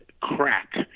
crack